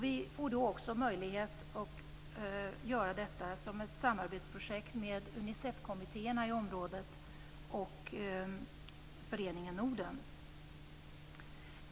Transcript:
Vi får då också möjlighet att göra detta som ett samarbetsprojekt med Unicefkommittéerna i området och Föreningen Norden.